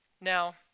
Now